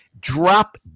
drop